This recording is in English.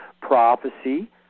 prophecy